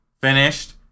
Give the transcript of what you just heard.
finished